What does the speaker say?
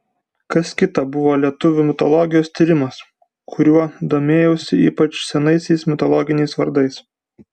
kas kita buvo lietuvių mitologijos tyrimas kuriuo domėjausi ypač senaisiais mitologiniais vardais